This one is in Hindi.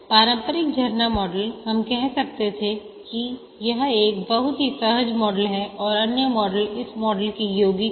पारंपरिक झरना मॉडल हम कह रहे थे कि यह एक बहुत ही सहज मॉडल है और अन्य मॉडल इस मॉडल के योगिक हैं